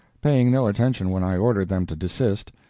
paying no attention when i ordered them to desist,